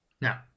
Now